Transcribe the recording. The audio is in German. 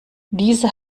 diese